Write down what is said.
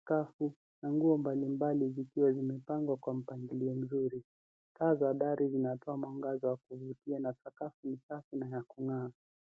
skafu na nguo mbalimbali zikiwa zimepangwa kwa mpangilio mzuri. Taa za dari zinatoa mwangaza wa kuvutia na sakafu ni safi na ya kung'aa.